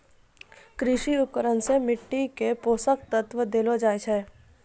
कृषि उपकरण सें मिट्टी क पोसक तत्व देलो जाय छै